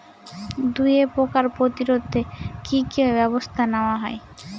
দুয়ে পোকার প্রতিরোধে কি কি ব্যাবস্থা নেওয়া হয়?